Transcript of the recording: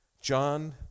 John